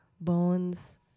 Bones